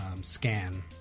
scan